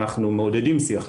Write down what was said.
אנחנו מעודדים שיח כזה.